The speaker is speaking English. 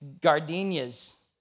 Gardenias